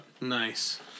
Nice